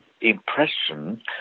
impression